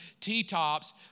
T-tops